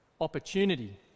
opportunity